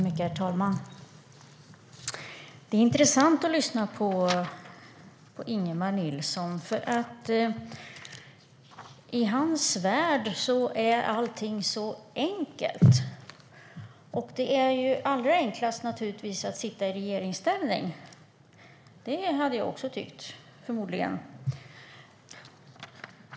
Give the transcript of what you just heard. Herr talman! Det är intressant att lyssna på Ingemar Nilsson, för i hans värld är allting så enkelt. Allra enklast är naturligtvis att sitta i regeringsställning. Det hade jag förmodligen också tyckt.